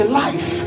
life